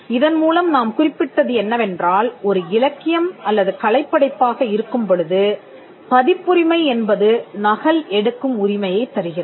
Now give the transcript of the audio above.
இதன் மூலம் நாம் குறிப்பிட்டது என்னவென்றால் ஒரு இலக்கியம் அல்லது கலைப்படைப்பாக இருக்கும் பொழுது பதிப்புரிமை என்பது நகல் எடுக்கும் உரிமையைத் தருகிறது